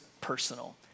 personal